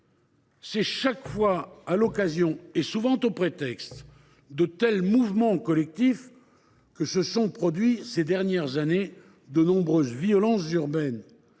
c’est chaque fois à l’occasion – et souvent au prétexte – de tels mouvements collectifs que se sont produits au cours des dernières années de nombreuses violences urbaines,